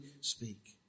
speak